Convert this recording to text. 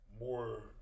more